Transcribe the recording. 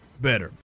better